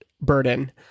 burden